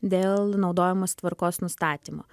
dėl naudojimosi tvarkos nustatymo